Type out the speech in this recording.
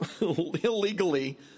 illegally